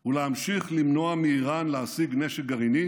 הוא להמשיך למנוע מאיראן להשיג נשק גרעיני